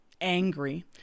angry